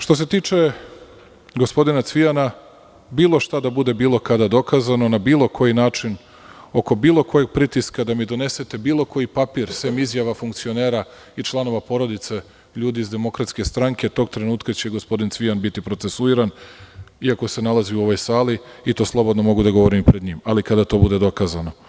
Što se tiče gospodina Cvijana, bilo šta da bude bilo kada dokazano na bilo koji način oko bilo kojeg pritiska, da mi donesete bilo koji papir, sem izjava funkcionera i članova porodice i ljudi iz DS, tog trenutka će gospodin Cvijan biti procesuiran, iako se nalazi u ovoj sali, i to slobodno mogu da govorim i pred njim, ali kada to bude dokazano.